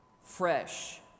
fresh